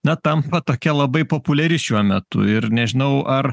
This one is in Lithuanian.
na tampa tokia labai populiari šiuo metu ir nežinau ar